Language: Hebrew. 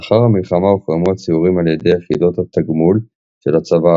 לאחר המלחמה הוחרמו הציורים על ידי יחידות התגמול של הצבא